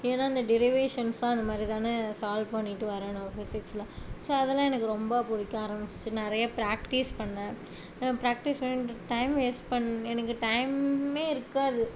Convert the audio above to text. ஏன்னால் அந்த டெரிவேஷன்ஸ்னால் அந்த மாரிதான் சால்வ் பண்ணிட்டு வரணும் ஃபிசிக்ஸில் ஸோ அதலாம் எனக்கு ரொம்ப பிடிக்க ஆரமிச்சிருச்சு நிறைய ப்ராக்டிஸ் பண்ணேன் ப்ராக்ட்டிஸ் டைம் வேஸ்ட் பண்ண எனக்கு டைம்மே இருக்காது